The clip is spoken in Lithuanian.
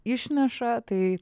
išneša tai